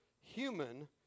human